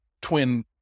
twin